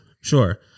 Sure